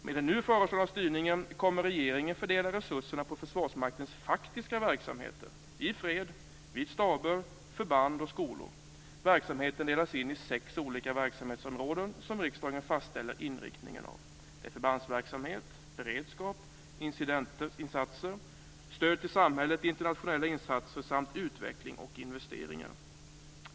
Med den nu föreslagna styrningen kommer regeringen att fördela resurserna på Försvarsmaktens faktiska verksamheter i fred, vid staber, förband och skolor. Verksamheten delas in i sex olika verksamhetsområden som riksdagen fastställer inriktningen av. Det är förbandsverksamhet, beredskap, incidentinsatser, stöd till samhället, internationella insatser samt utveckling och investeringar.